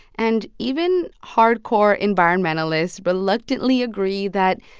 and even hardcore environmentalists reluctantly agree that,